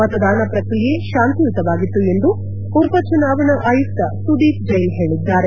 ಮತದಾನ ಪ್ರಕ್ರಿಯೆ ಶಾಂತಿಯುತವಾಗಿತ್ತು ಎಂದು ಉಪ ಚುನಾವಣಾ ಆಯುಕ್ತ ಸುದೀಪ್ ಜೈನ್ ಹೇಳಿದ್ದಾರೆ